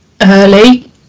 early